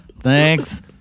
Thanks